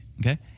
Okay